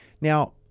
Now